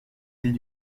îles